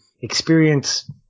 experience